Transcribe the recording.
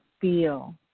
feel